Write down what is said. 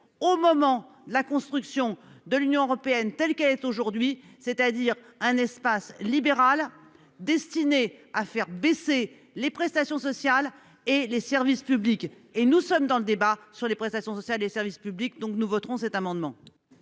au moment la construction de l'Union européenne telle qu'elle est aujourd'hui, c'est-à-dire un espace libérale destinée à faire baisser les prestations sociales et les services publics et nous sommes dans le débat sur les prestations sociales des services publics, donc nous voterons cet amendement.